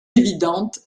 évidente